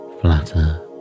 flatter